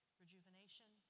rejuvenation